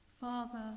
Father